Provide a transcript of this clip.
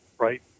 right